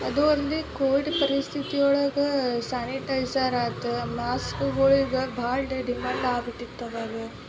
ಅದು ಒಂದು ಕೋವಿಡ್ ಪರಿಸ್ಥಿತಿ ಒಳಗೆ ಸ್ಯಾನಿಟೈಝರ್ ಆತು ಮಾಸ್ಕ್ಗಳಿಗೆ ಭಾಳ ಡ ಡಿಮಾಂಡ್ ಆಗ್ಬಿಟ್ಟಿತ್ತು ಅವಾಗ